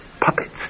puppets